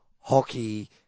hockey